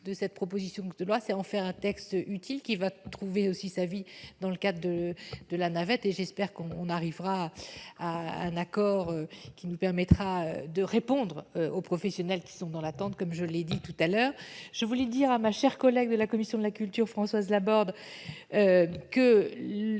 de cette proposition de loi, c'est en faire un texte utile qui va trouver aussi sa vie dans le cas de de la navette et j'espère qu'on arrivera à un accord qui nous permettra de répondre aux professionnels qui sont dans l'attente, comme je l'ai dit tout à l'heure, je voulais dire à ma chère collègue de la Commission de la culture, Françoise Laborde, que